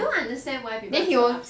I don't understand why people are like